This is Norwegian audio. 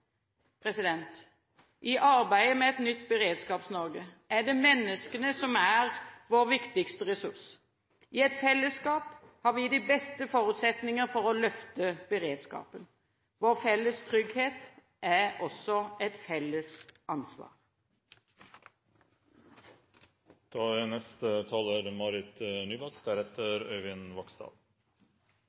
I arbeidet for et nytt Beredskaps-Norge er det menneskene som er vår viktigste ressurs. I et fellesskap har vi de beste forutsetninger for å løfte beredskapen. Vår felles trygghet er også et felles